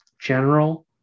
general